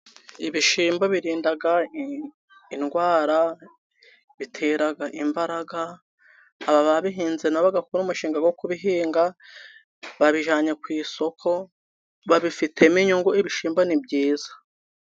Ibishyimbo birinda indwara, bitera imbaraga, ababihinze nabo bagakora umushinga wo kubihinga, babijyanye ku isoko, babifitemo inyungu, ibishyimbo ni byiza.